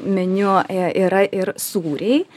meniu a yra ir sūriai